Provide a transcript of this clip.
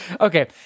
Okay